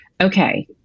okay